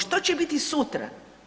Što će biti sutra?